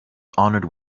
honoured